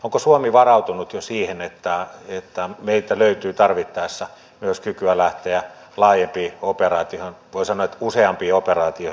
onko suomi varautunut jo siihen että meiltä löytyy tarvittaessa myös kykyä lähteä laajempiin operaatioihin voi sanoa että useampiin operaatioihin yhtä aikaa